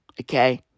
Okay